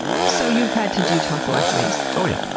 so, you've had to do tonsillectomies? oh yeah.